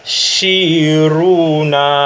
shiruna